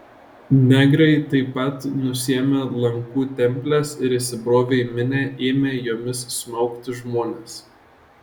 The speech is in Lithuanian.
negrai taip pat nusiėmė lankų temples ir įsibrovę į minią ėmė jomis smaugti žmones